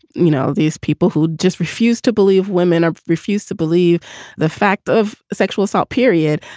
you know, these people who just refuse to believe women or refuse to believe the fact of sexual assault, period,